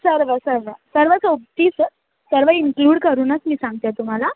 सर्व सर्व सर्व सोबतीस सर्व इन्क्लूड करूनच मी सांगते आहे तुम्हाला